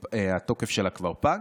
שהתוקף שלה כבר פג,